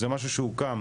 זה משהו שהוא קם